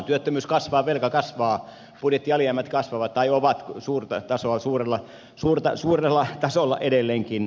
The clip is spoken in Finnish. työttömyys kasvaa velka kasvaa budjettialijäämät kasvavat tai ovat suurella tasolla edelleenkin